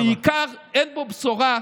ובעיקר אין בו בשורה,